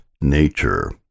nature